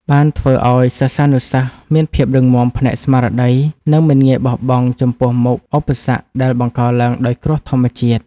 បានធ្វើឱ្យសិស្សានុសិស្សមានភាពរឹងមាំផ្នែកស្មារតី និងមិនងាយបោះបង់ចំពោះមុខឧបសគ្គដែលបង្កឡើងដោយគ្រោះធម្មជាតិ។